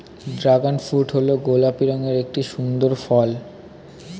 dragon fruit হল গোলাপি রঙের একটি সুন্দর ফল